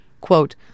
Quote